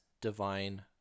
divine